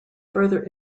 further